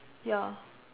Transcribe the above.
ya